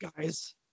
guys